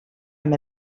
amb